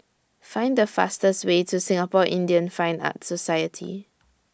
Find The fastest Way to Singapore Indian Fine Arts Society